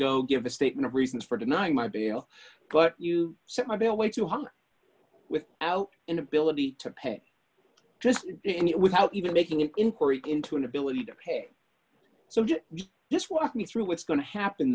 go give a statement of reasons for denying my bail but you set my bail way too hung with out inability to pay and it without even making an inquiry into an ability to pay so you just walk me through what's going to happen